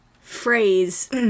phrase